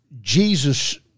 Jesus